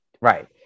Right